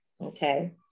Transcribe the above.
Okay